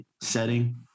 setting